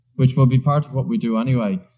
which will be part of what we do anyway.